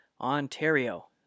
Ontario